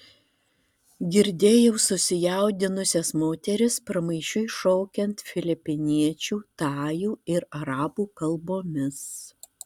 girdėjau susijaudinusias moteris pramaišiui šaukiant filipiniečių tajų ir arabų kalbomis